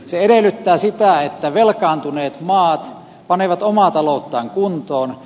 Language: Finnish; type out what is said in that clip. se edellyttää sitä että velkaantuneet maat panevat omaa talouttaan kuntoon